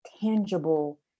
tangible